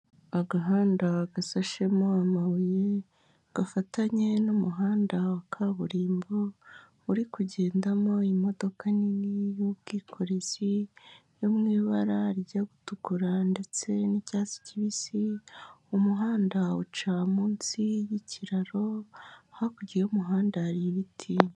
Agahanda gasashemo amabuye gafatanye n'umuhanda wa kaburimbo uri kugendamo imodoka nini y'ubwikorezi yo mu ibara rijya gutukura ndetse n'icyatsi kibisi, umuhanda uca munsi y'ikiraro hakurya y'umuhanda hari ibiti.